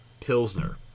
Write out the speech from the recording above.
Pilsner